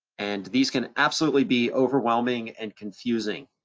and these can absolutely be overwhelming and confusing.